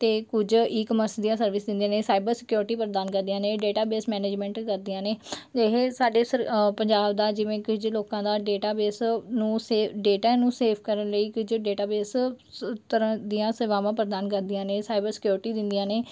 ਅਤੇ ਕੁਝ e commerce ਦੀਆਂ ਸਰਵਿਸ ਦਿੰਦੀਆਂ ਨੇ ਸਾਈਬਰ ਸਿਕਿਉਰਟੀ ਪ੍ਰਦਾਨ ਕਰਦੀਆਂ ਨੇ ਡੇਟਾਬੇਸ ਮੈਨੇਜਮੈਂਟ ਕਰਦੀਆਂ ਨੇ ਇਹ ਸਾਡੇ ਸਰ ਪੰਜਾਬ ਦਾ ਜਿਵੇਂ ਕੁਝ ਲੋਕਾਂ ਦਾ ਡੇਟਾਬੇਸ ਨੂੰ ਸੇ ਡੇਟਾ ਨੂੰ ਸੇਵ ਕਰਨ ਲਈ ਕੁਝ ਡੇਟਾਬੇਸ ਸ ਤਰ੍ਹਾਂ ਦੀਆਂ ਸੇਵਾਵਾਂ ਪ੍ਰਦਾਨ ਕਰਦੀਆਂ ਨੇ ਸਾਈਬਰ ਸਿਕਿਉਰਟੀ ਦਿੰਦੀਆਂ ਨੇ